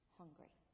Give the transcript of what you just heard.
hungry